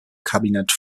kabinett